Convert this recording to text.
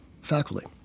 faculty